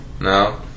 No